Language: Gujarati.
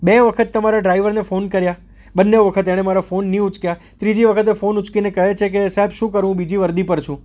બે વખત તમારા ડ્રાઇવરને ફોન કર્યાં બંને વખત એણે મારા ફોન ન ઉચક્યા ત્રીજી વખત એ ફોન ઉચકીને કહે છે કે સાહેબ શું કરું બીજી વરધી પર છું